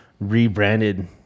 Rebranded